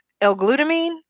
L-glutamine